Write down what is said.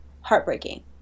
heartbreaking